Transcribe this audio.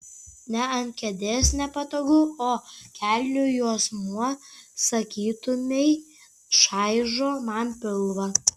ne ant kėdės nepatogu o kelnių juosmuo sakytumei čaižo man pilvą